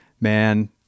Man